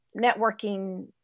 networking